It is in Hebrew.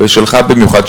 ושלך במיוחד,